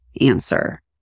answer